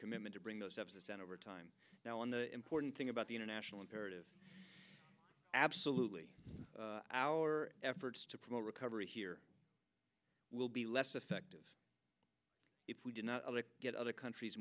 commitment to bring those deficits and over time now in the important thing about the international imperative absolutely our efforts to promote recovery here will be less effective if we do not get other countries